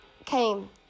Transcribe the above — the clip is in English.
came